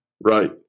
right